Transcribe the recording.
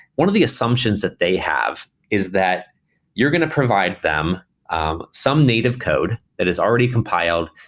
one of the assumptions that they have is that you're going to provide them um some native code that is already compiled.